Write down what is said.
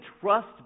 trust